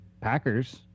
Packers